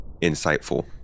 insightful